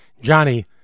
Johnny